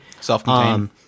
Self-contained